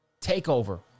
TakeOver